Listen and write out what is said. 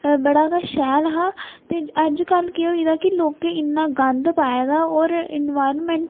बड़ा गे शैल हा ते अजकल्ल केह् होई गेदा कि लोके इन्ना गंद पाए दा होर एनवायरनमेंट